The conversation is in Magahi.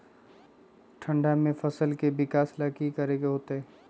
ठंडा में फसल के विकास ला की करे के होतै?